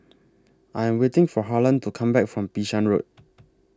I Am waiting For Harlan to Come Back from Bishan Road